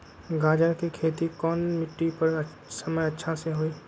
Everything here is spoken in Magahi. गाजर के खेती कौन मिट्टी पर समय अच्छा से होई?